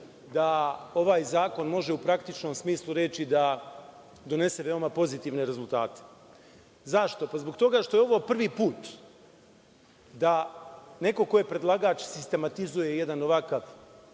da ovaj zakon može u praktičnom smislu reči da donese veoma pozitivne rezultate. Zašto? Zbog toga što je ovo prvi put da neko ko je predlagač sistematizuje jedan ovakav